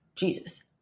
Jesus